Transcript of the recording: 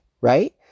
right